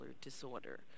disorder